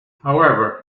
however